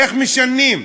איך משנים?